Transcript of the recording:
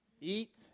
Eat